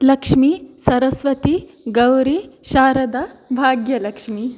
Lakshmi Saraswati Gauri Sharada Bhagyalakshmi